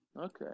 Okay